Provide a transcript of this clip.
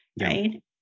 right